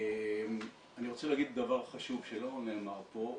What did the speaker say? אני רוצה להגיד דבר חשוב שלא נאמר פה.